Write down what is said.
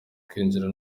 kwinjira